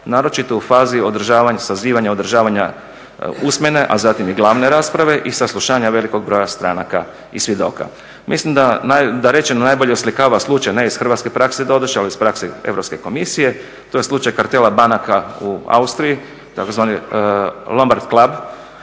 naročito u fazi sazivanja održavanja usmene, a zatim i glavne rasprave i saslušanja velikog broja stranaka i svjedoka. Mislim da rečeno najbolje oslikava slučaj ne iz hrvatske prakse doduše, ali iz prakse Europske komisije, to je slučaj kartela banaka u Austriji, tzv. Lombard club